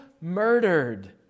murdered